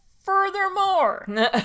Furthermore